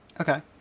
Okay